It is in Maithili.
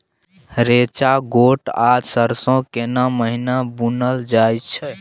रेचा, गोट आ सरसो केना महिना बुनल जाय छै?